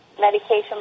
medication